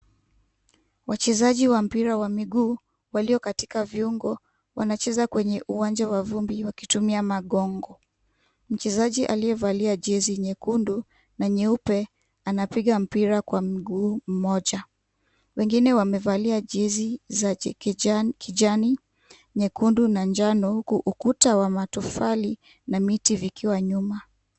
Wachezaji wa mpira wa miguu walio katika viungo, wanacheza kwenye uwanja wa vumbi wakitumia magongo. Mchezaji aliyevalia jezi nyekundu na nyeupe, anapiga mpira kwa mguu mmoja. Wengine wamevalia jezi za kijani, nyekundu na njano huku ukuta wa matofali na miti vikiwa nyuma.